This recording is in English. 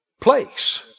place